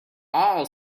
all